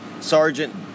Sergeant